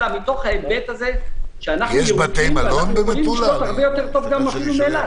אלא מההיבט שאנחנו ירוקים ואנחנו יודעים לשלוט אפילו יותר טוב מאילת.